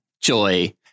Joy